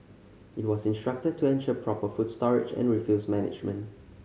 it was instructed to ensure proper food storage and refuse management